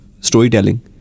storytelling